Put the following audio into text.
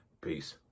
peace